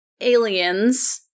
aliens